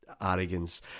arrogance